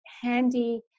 Handy